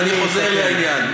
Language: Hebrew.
אז אני חוזר לעניין.